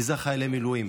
כי אלה חיילי המילואים.